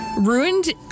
ruined